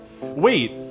Wait